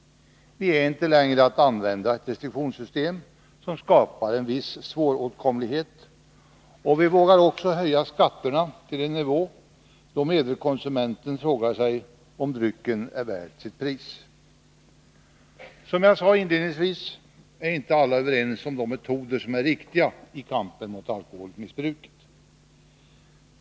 Vi räds inte längre att använda restriktionssystem som skapar en viss svåråtkomlighet. Vi vågar också höja skatten till en nivå då medelkonsumenten frågar sig om drycken är värd sitt pris. Som jag sade inledningsvis, är inte alla överens om vilka metoder som är riktiga i kampen mot alkoholmissbruket.